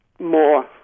more